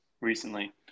recently